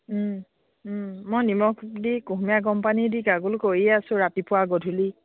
মই নিমখ দি কুহুমীয়া গৰম পানী দি গাৰ্গল কৰিয়ে আছোঁ ৰাতিপুৱা গধূলি